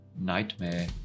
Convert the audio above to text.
Nightmare